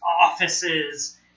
offices